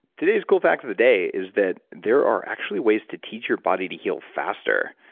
today's cool fact of the day is that there are actually ways to teach your body to heal faster.